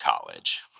college